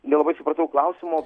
nelabai supratau klausimo